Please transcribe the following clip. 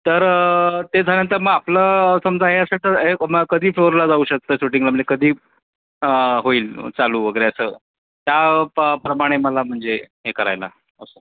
तर ते झाल्यानंतर मग आपलं समजा हे असेल तर हे मग कधी फ्लोअरला जाऊ शकतं शूटिंगला म्हणजे कधी होईल चालू वगैरे असं त्या प प्रमाणे मला म्हणजे हे करायला असं